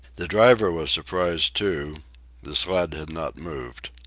the driver was surprised, too the sled had not moved.